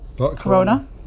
Corona